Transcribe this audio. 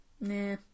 Nah